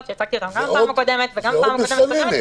שהצגתי אותן גם בפעם הקודמת וגם בפעם הקודמת קודמת,